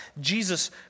jesus